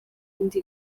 indi